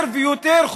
יותר ויותר,